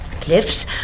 Cliff's